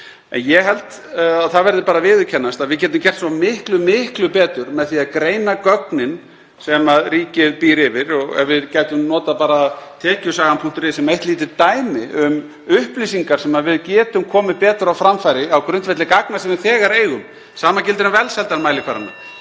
ég held að það verði bara að viðurkennast að við getum gert svo miklu betur með því að greina gögnin sem ríkið býr yfir. Og ef við getum notað bara vefinn tekjusagan.is sem eitt lítið dæmi um upplýsingar (Forseti hringir.) sem við getum komið betur á framfæri á grundvelli gagna sem við þegar eigum. Sama gildir um velsældarmælikvarðana,